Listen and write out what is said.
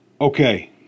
Okay